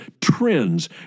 trends